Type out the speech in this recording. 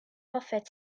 hoffet